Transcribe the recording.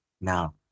Now